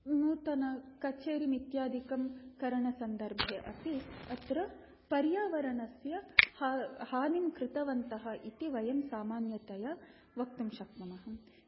नूतनकछेरीमित्यादिकं करणसन्दर्भे अपि अत्र पर्यावरणस्य हा हानिं कृतवन्तः इति वयं सामान्यतया वक्तुं शक्नुमः